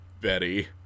Betty